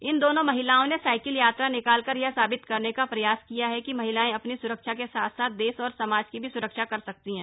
इन दोनों महिलाओं ने साइकिल यात्रा निकालकर यह साबित करने का प्रयास किया है की महिलाएं अपनी स्रक्षा के साथ साथ देश और समाज की भी स्रक्षा कर सकती हैं